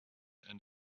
and